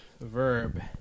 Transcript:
Verb